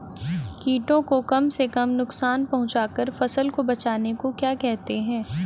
कीटों को कम से कम नुकसान पहुंचा कर फसल को बचाने को क्या कहते हैं?